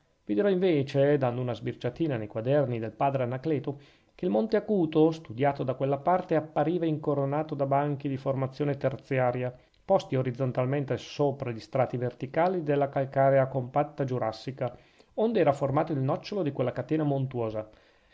vi dirò invece dando una sbirciatina nei quaderni del padre anacleto che il monte acuto studiato da quella parte appariva incoronato da banchi di formazione terziaria posti orizzontalmente sopra gli strati verticali della calcarea compatta giurassica ond'era formato il nocciolo di quella catena montuosa